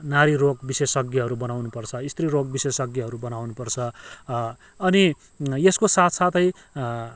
नारी रोग विशेषज्ञहरू बनाउनुपर्छ स्त्री रोग विशेषज्ञहरू बनाउनुपर्छ अनि यसको साथसाथै